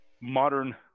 modern